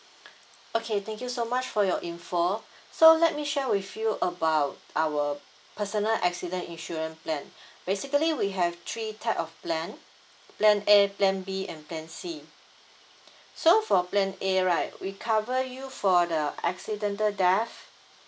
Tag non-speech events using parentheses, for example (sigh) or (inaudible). (breath) okay thank you so much for your information so let me share with you about our personal accident insurance plan basically we have three type of plan plan A plan B and plan C so for plan a right we cover you for the accidental death